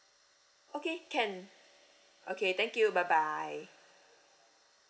okay can okay thank you bye bye